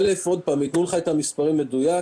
ייתנו לך את המספרים במדויק,